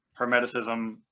Hermeticism